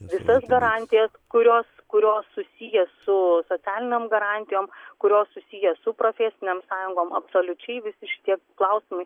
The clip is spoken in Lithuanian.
visas garantijas kurios kurios susiję su socialinėm garantijom kurios susiję su profesinėm sąjungom absoliučiai visi šitie klausimai